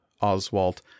Oswald